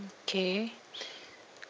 okay